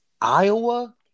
Iowa